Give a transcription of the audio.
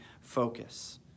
focus